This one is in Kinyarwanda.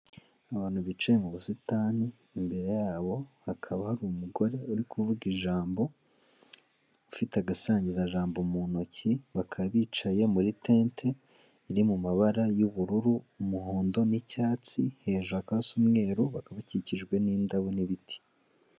Abantu bicaye mu busitani, imbere yabo hakaba hari umugore uri kuvuga ijambo, ufite agasangizajambo mu ntoki, bakaba bicaye muri tente iri mu mabara y'ubururu, umuhondo, n'icyatsi, hejuru hakaba hasa umweru bakaba bakikijwe n'indabo n'ibiti.